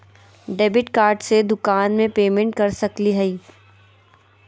Debit card से दुकान में पेमेंट कर सकली हई?